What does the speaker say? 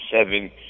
seven